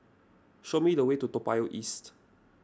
show me the way to Toa Payoh East